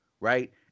right